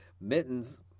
Mittens